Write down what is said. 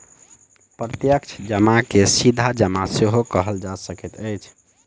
प्रत्यक्ष जमा के सीधा जमा सेहो कहल जा सकैत अछि